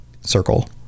circle